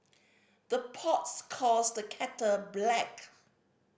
the pots calls the kettle black